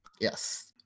Yes